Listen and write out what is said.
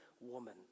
woman